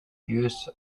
views